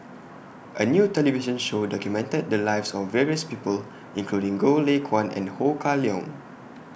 A New television Show documented The Lives of various People including Goh Lay Kuan and Ho Kah Leong